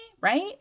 right